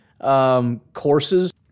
courses